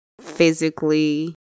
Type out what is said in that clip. Physically